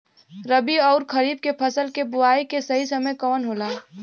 रबी अउर खरीफ के फसल के बोआई के सही समय कवन होला?